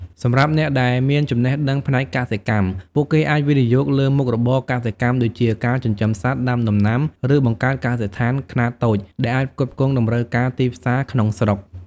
សម្រាប់អ្នកដែលមានចំណេះដឹងផ្នែកកសិកម្ម ពួកគេអាចវិនិយោគលើមុខរបរកសិកម្មដូចជា ការចិញ្ចឹមសត្វ ដាំដំណាំ ឬបង្កើតកសិដ្ឋានខ្នាតតូច ដែលអាចផ្គត់ផ្គង់តម្រូវការទីផ្សារក្នុងស្រុក។